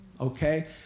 okay